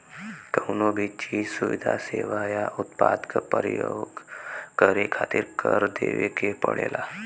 कउनो भी चीज, सुविधा, सेवा या उत्पाद क परयोग करे खातिर कर देवे के पड़ेला